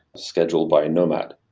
scheduled by a nomad,